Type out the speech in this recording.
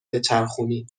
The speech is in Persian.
بچرخونید